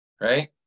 right